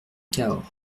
cahors